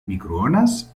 microones